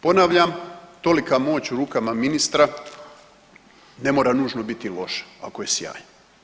Ponavljam, tolika moć u rukama ministra ne mora nužno biti loše ako je sjajno.